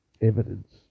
Evidence